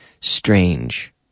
strange